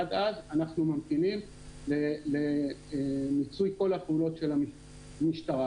עד אז אנחנו ממתינים למיצוי כל הפעולות של המשטרה.